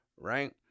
right